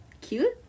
Cute